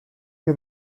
que